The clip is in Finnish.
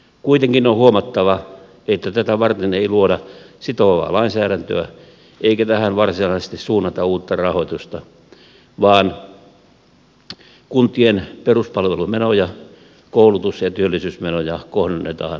kuitenkin on huomattava että tätä varten ei luoda sitovaa lainsäädäntöä eikä tähän varsinaisesti suunnata uutta rahoitusta vaan kuntien peruspalvelumenoja koulutus ja työllisyysmenoja kohdennetaan uudestaan